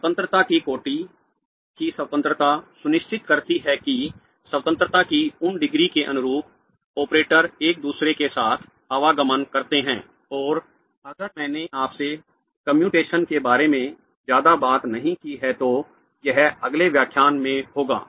स्वतंत्रता की कोटि की स्वतंत्रता सुनिश्चित करती है कि स्वतंत्रता की उन डिग्री के अनुरूप ऑपरेटर एक दूसरे के साथ आवागमन करते हैं और अगर मैंने आपसे कम्यूटेशन के बारे में ज्यादा बात नहीं की है तो यह अगले व्याख्यान में होगा